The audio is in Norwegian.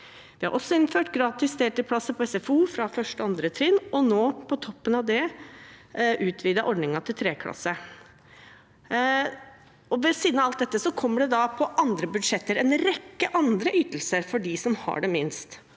Vi har også innført gratis deltidsplasser på SFO for 1. og 2. trinn og nå, på toppen av det, utvidet ordningen til 3. trinn. Ved siden av alt dette kommer det på andre budsjetter en rekke andre ytelser for dem som har minst.